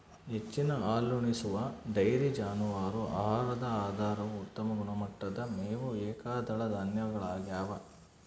ಹೆಚ್ಚಿನ ಹಾಲುಣಿಸುವ ಡೈರಿ ಜಾನುವಾರು ಆಹಾರದ ಆಧಾರವು ಉತ್ತಮ ಗುಣಮಟ್ಟದ ಮೇವು ಏಕದಳ ಧಾನ್ಯಗಳಗ್ಯವ